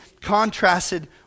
contrasted